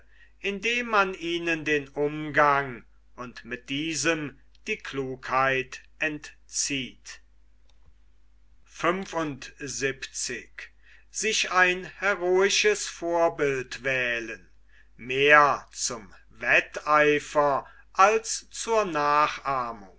indem man ihnen den umgang und mit diesem die klugheit entzieht mehr zum wetteifer als zur nachahmung